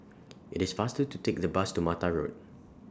IT IS faster to Take The Bus to Mata Road